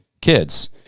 kids